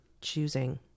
choosing